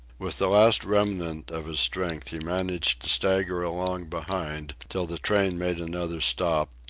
with the last remnant of his strength he managed to stagger along behind till the train made another stop,